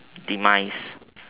demise